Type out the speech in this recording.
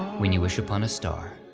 when you wish upon a star.